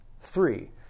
three